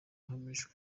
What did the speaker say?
hagamijwe